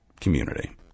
community